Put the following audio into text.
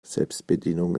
selbstbedienung